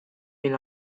been